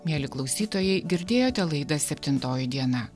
mieli klausytojai girdėjote laidą septintoji diena